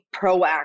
proactive